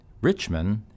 Richmond